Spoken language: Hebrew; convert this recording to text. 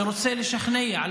שרוצה לשכנע,